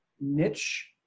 niche